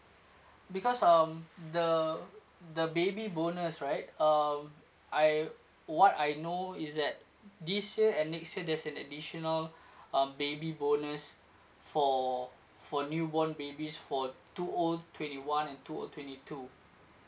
because um the the baby bonus right um I what I know is that this year and next year there's an additional um baby bonus for for newborn babies for two O twenty one and two O twenty two